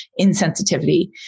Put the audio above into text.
insensitivity